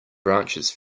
branches